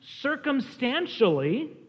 circumstantially